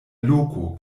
loko